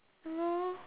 ya lor